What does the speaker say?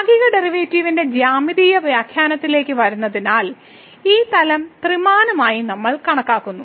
ഭാഗിക ഡെറിവേറ്റീവിന്റെ ജ്യാമിതീയ വ്യാഖ്യാനത്തിലേക്ക് വരുന്നതിനാൽ ഈ തലം ത്രിമാനമായി നമ്മൾ കണക്കാക്കുന്നു